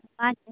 ᱟᱪᱪᱷᱟ